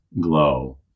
glow